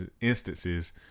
instances